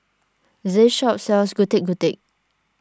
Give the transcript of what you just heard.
this shop sells Getuk Getuk